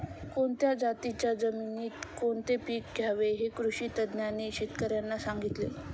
कोणत्या जातीच्या जमिनीत कोणते पीक घ्यावे हे कृषी तज्ज्ञांनी शेतकर्यांना सांगितले